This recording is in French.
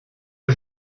aux